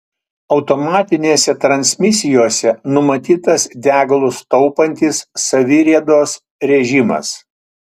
automatinėse transmisijose numatytas degalus taupantis saviriedos režimas